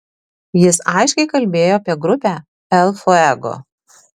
jis aiškiai kalbėjo apie grupę el fuego